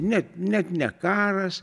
net net ne karas